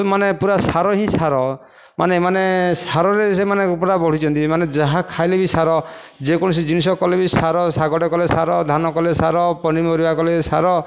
ମାନେ ପୂରା ସାର ହିଁ ସାର ମାନେ ମାନେ ସାର ରେ ସେମାନେ ପୁରା ବଢ଼ିଚନ୍ତି ଏମାନେ ଯାହା ଖାଇଲେ ବି ସାର ଯେ କୌଣସି ଜିନିଷ କଲେ ବି ସାର ଶାଗଟେ କଲେ ସାର ଧାନ କଲେ ସାର ପନିପରିବା କଲେ ସାର